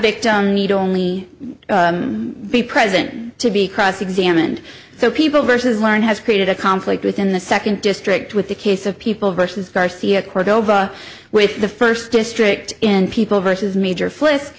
victim need only be present to be cross examined so people versus learn has created a conflict within the second district with the case of people versus garcia cordoba with the first district in people versus meijer fli